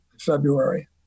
February